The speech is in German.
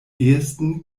ehesten